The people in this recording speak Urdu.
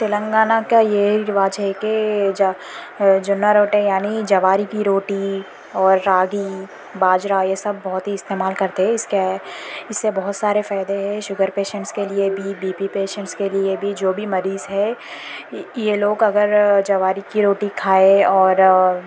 تلنگانہ کا یہی رواج ہے کہ جا جنا روٹی یعنی جوار کی روٹی اور راگی باجرہ یہ سب بہت ہی استعمال کرتے ہے اس کے اس سے بہت سارے فائدہ ہے شوگر پیشنٹس کے لیے بھی بی پی پیشنٹس کے لیے بھی جو بھی مریض ہے یہ لوگ اگر جواری کی روٹی کھائے اور